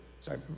sorry